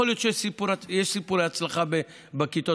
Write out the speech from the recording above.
יכול להיות שיש סיפורי הצלחה בכיתות